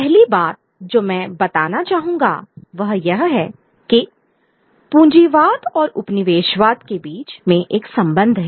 पहली बात जो मैं बताना चाहूँगा वह यह है कि पूंजीवाद और उपनिवेशवाद के बीच में एक संबंध है